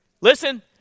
Listen